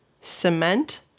Cement